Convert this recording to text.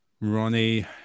Ronnie